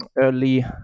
early